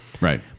Right